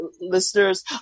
listeners